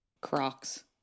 Crocs